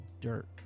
dirt